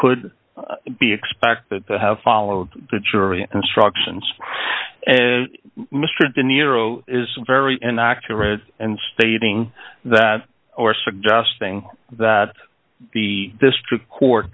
could be expected to have followed the jury instructions and mr de niro is very inaccurate and stating that or suggesting that the district court